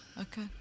okay